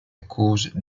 cause